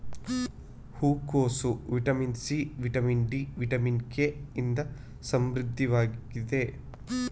ಹೂಕೋಸು vitamin C, vitamin D, vitamin K ಇಂದ ಸಮೃದ್ಧವಾಗಿದೆ